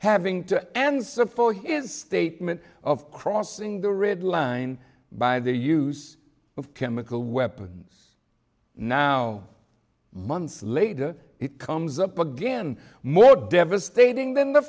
having to answer for his statement of crossing the river line by the use of chemical weapons now months later it comes up again moe devastating than the